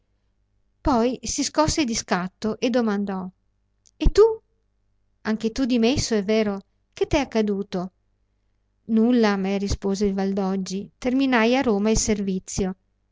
poi si scosse di scatto e domandò e tu anche tu dimesso è vero che t è accaduto nulla a me rispose il valdoggi terminai a roma il servizio